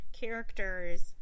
characters